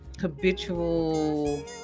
habitual